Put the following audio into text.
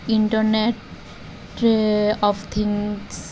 ଇଣ୍ଟରନେଟ୍ରେ of things